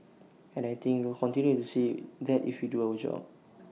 and I think we'll continue to see that if we do our job